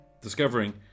discovering